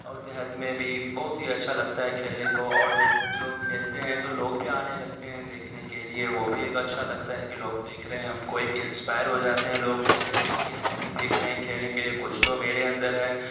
اور دیہات میں بھی بہت ہی اچھا لگتا ہے کھیلنے کو اور جو لوگ کھیلتے ہیں تو لوگ بھی آنے لگتے ہیں دیکھنے کے لیے وہ بھی ایک اچھا لگتا ہے کہ لوگ دیکھ رہے ہیں ہم کو ایک انسپائر ہو جاتے ہیں لوگ ان سے کہ ہمیں بھی دیکھ رہے ہیں کھیلنے کے لیے کچھ تو میرے اندر ہے